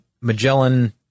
Magellan